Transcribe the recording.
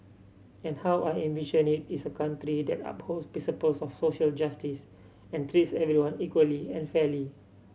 and how I envision it is a country that upholds principles of social justice and treats everyone equally and fairly